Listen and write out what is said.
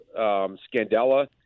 Scandella